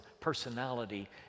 personality